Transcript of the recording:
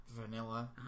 Vanilla